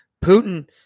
Putin